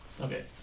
Okay